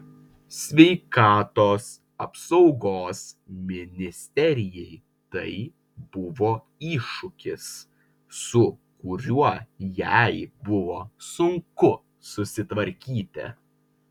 sveikatos apsaugos ministerijai tai buvo iššūkis su kuriuo jai buvo sunku susitvarkyti